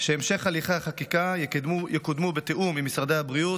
שבהמשך הליכי החקיקה יקודמו בתיאום עם משרדי הבריאות,